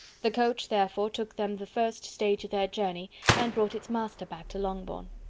the coach, therefore, took them the first stage of their journey and brought its master back to longbourn.